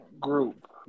Group